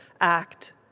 act